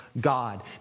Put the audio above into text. God